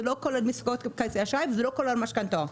זה לא כולל מסגרות בכרטיסי אשראי וזה לא כולל משכנתאות.